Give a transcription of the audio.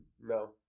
No